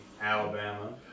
Alabama